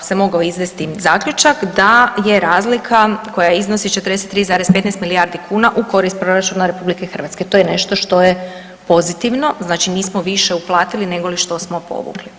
se mogao izvesti zaključak da je razlika koja iznosi 43,15 milijardi kuna u korist proračuna RH, to je nešto što je pozitivno, znači više uplatili nego li što smo povukli.